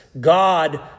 God